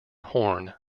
horne